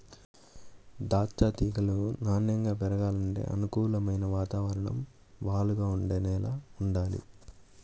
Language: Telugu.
దాచ్చా తీగలు నాన్నెంగా పెరగాలంటే అనుకూలమైన వాతావరణం, వాలుగా ఉండే నేల వుండాలి